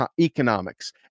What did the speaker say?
economics